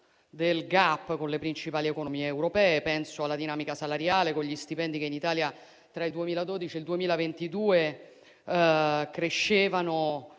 del *gap* con le principali economie europee: penso alla dinamica salariale, con gli stipendi che in Italia tra il 2012 e il 2022 diminuivano